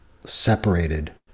separated